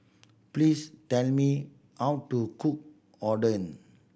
please tell me how to cook Oden